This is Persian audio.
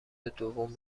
دوم